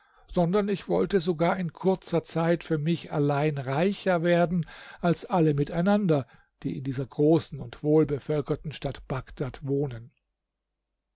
sondern ich wollte sogar in kurzer zeit für mich allein reicher werden als alle miteinander die in dieser großen und wohlbevölkerten stadt bagdad wohnen